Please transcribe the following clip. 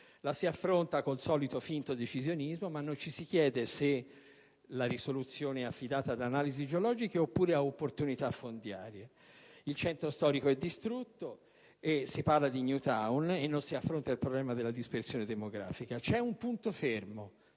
la si affronta con il solito finto decisionismo, ma non ci si chiede se la risoluzione è affidata ad analisi geologiche o ad opportunità fondiarie. Il centro storico è distrutto e si parla di *new town*, senza affrontare il problema della dispersione demografica. C'è un punto fermo: